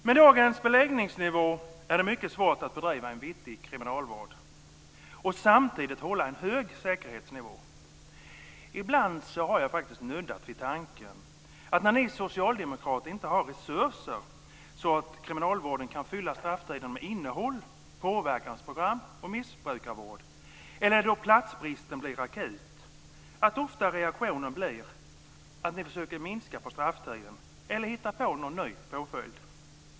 Med dagens beläggningsnivå är det mycket svårt att bedriva en vettig kriminalvård och samtidigt hålla en hög säkerhetsnivå. Ibland har jag faktiskt snuddat vid tanke att när ni socialdemokrater inte har resurser så att kriminalvården kan fylla strafftiden med innehåll, påverkansprogram och missbrukarvård, eller då platsbristen blir akut, blir ofta reaktionen att ni försöker minska på strafftiden eller hitta på någon ny påföljd.